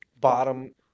Bottom